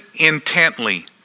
intently